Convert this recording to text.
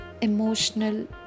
emotional